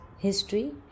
history